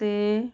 ਅਤੇ